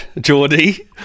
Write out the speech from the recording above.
Geordie